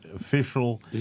official